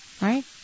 Right